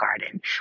garden